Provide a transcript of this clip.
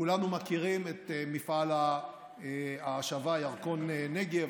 כולנו מכירים את מפעל ההשבה ירקון-נגב,